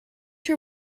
her